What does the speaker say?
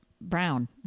brown